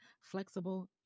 flexible